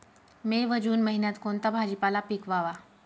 मे व जून महिन्यात कोणता भाजीपाला पिकवावा?